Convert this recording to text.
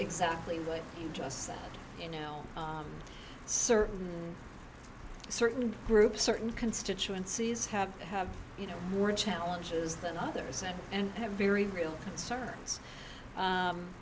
exactly what you just said you know certain certain groups certain constituencies have to have you know more challenges than others and and have very real concerns